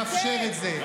אז תנו לנו לאפשר את זה.